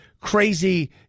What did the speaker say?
crazy